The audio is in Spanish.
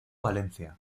valencia